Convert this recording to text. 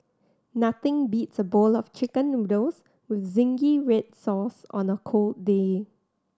nothing beats a bowl of Chicken Noodles with zingy red sauce on a cold day